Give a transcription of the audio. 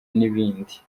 n’ibindi